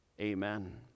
Amen